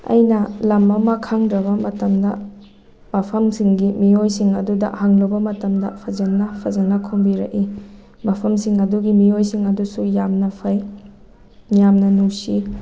ꯑꯩꯅ ꯂꯝ ꯑꯃ ꯈꯪꯗꯕ ꯃꯇꯝꯗ ꯃꯐꯝꯁꯤꯡꯒꯤ ꯃꯤꯑꯣꯏꯁꯤꯡ ꯑꯗꯨꯗ ꯍꯪꯂꯨꯕ ꯃꯇꯝꯗ ꯐꯖꯅ ꯐꯖꯅ ꯈꯨꯝꯕꯤꯔꯛꯏ ꯃꯐꯝꯁꯤꯡ ꯑꯗꯨꯒꯤ ꯃꯤꯑꯣꯏꯁꯤꯡ ꯑꯗꯨꯁꯨ ꯌꯥꯝꯅ ꯐꯩ ꯌꯥꯝꯅ ꯅꯨꯡꯁꯤ